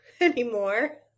anymore